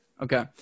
Okay